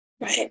right